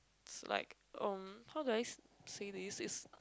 it's like um how do I say this it's